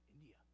India